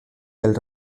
del